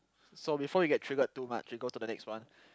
so before you get triggered too much we go to the next one